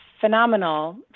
phenomenal